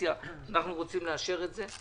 ואופוזיציה אנחנו רוצים לאשר את זה.